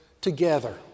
together